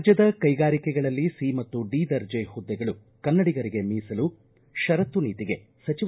ರಾಜ್ಯದ ಕೈಗಾರಿಕೆಗಳಲ್ಲಿ ಸಿ ಮತ್ತು ಡಿ ದರ್ಜೆ ಹುದ್ದೆಗಳು ಕನ್ನಡಿಗರಿಗೆ ಮೀಸಲು ಪರತ್ತು ನೀತಿಗೆ ಸಚಿವ